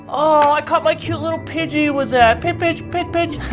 oh, i caught my cute little pidgey with that. pid-pidge, pid-pidge.